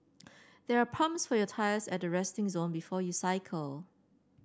they are pumps for your tyres at the resting zone before you cycle